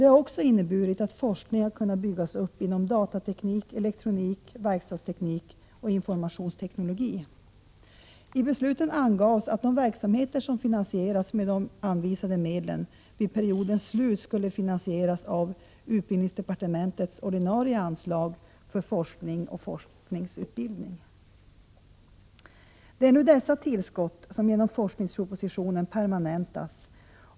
Det har också inneburit att en forskning har kunnat byggas upp inom datateknik, I besluten angavs att de verksamheter som finansieras med de anvisade 26 maj 1987 medlen vid periodens slut skulle finansieras via utbildningsdepartementets ordinarie anslag för forskning och forskarutbildning. Det är dessa tillskott som nu permanentas genom forskningspropositionen.